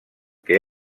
que